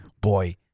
Boy